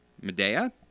Medea